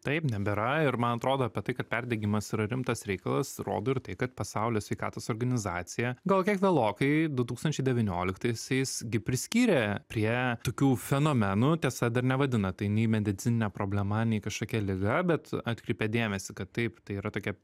taip nebėra ir man atrodo apie tai kad perdegimas yra rimtas reikalas rodo ir tai kad pasaulio sveikatos organizacija gal kiek vėlokai du tūkstančiai devynioliktaisiais gi priskyrė prie tokių fenomenų tiesa dar nevadina tai nei medicinine problema nei kažkokia liga bet atkreipia dėmesį kad taip tai yra tokia